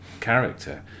character